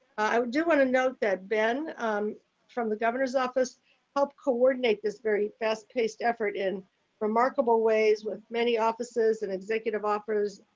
i do want to note that ben from the governor's office helped coordinate this very fast-paced effort in remarkable ways with many offices and executive office,